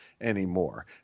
anymore